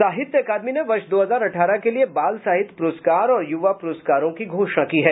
साहित्य अकादमी ने वर्ष दो हजार अठारह के लिए बाल साहित्य पुरस्कार और युवा पुरस्कारों की घोषणा की है